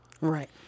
Right